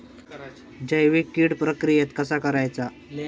जैविक कीड प्रक्रियेक कसा करायचा?